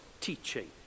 teaching